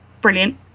brilliant